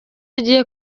agiye